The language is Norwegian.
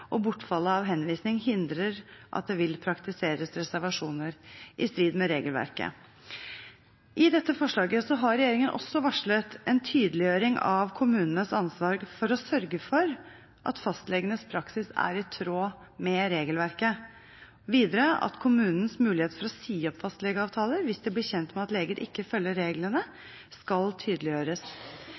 og bortfallet av henvisning hindrer at det vil praktiseres reservasjoner i strid med regelverket. I dette forslaget har regjeringen også varslet en tydeliggjøring av kommunenes ansvar for å sørge for at fastlegenes praksis er i tråd med regelverket, videre at kommunenes mulighet for å si opp fastlegeavtaler hvis de blir kjent med at leger ikke følger reglene, skal tydeliggjøres.